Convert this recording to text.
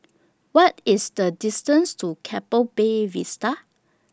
What IS The distance to Keppel Bay Vista